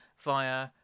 via